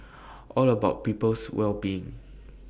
all about our people's well being